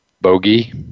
bogey